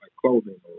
clothing